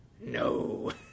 no